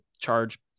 charge